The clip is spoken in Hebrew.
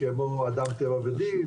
כמו 'אדם טבע ודין',